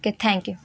okay thank you